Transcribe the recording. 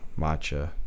matcha